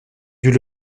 dut